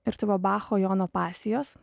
ir tai buvo bacho jono pasijos